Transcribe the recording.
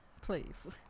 please